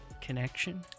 connection